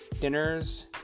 dinners